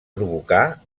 provocar